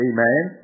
Amen